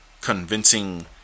convincing